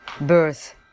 birth